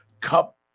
Cup